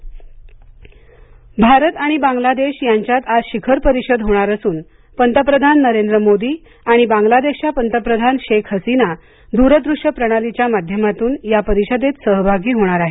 भारत बांगलादेश शिखर परिषद भारत आणि बांगलादेश यांच्यात आज शिखर परिषद होणार असून पंतप्रधान नरेंद्र मोदी आणि बांगलादेशच्या पंतप्रधान शेख हसीना दूरदृश्य प्रणालीच्या माध्यमातून या परिषदेत सहभागी होणार आहेत